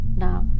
now